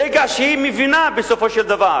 ברגע שהיא מבינה בסופו של דבר